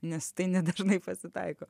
nes tai nedažnai pasitaiko